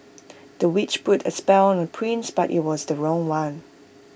the witch put A spell on prince but IT was the wrong one